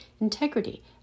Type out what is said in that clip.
integrity